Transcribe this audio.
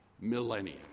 millennia